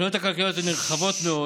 התוכניות הכלכליות הנרחבות מאוד,